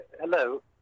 Hello